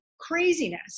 craziness